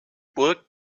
burg